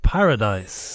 Paradise